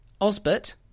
Osbert